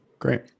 Great